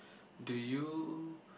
do you